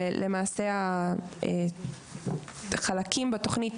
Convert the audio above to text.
ולמעשה החלקים בתוכנית